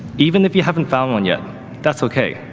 even if you haven't found one yet that's okay.